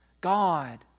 God